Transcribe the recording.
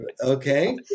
okay